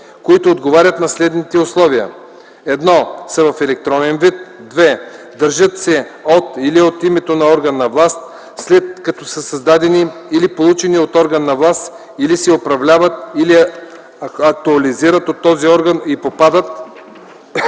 като са създадени или получени от орган на власт или се управляват или актуализират от този орган и попадат